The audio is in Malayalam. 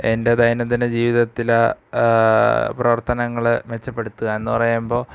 എൻ്റെ ദൈനംദിനജീവിതത്തിലെ പ്രവർത്തനങ്ങള് മെച്ചപ്പെടുത്തുക എന്ന് പറയുമ്പോള്